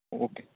okay